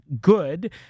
good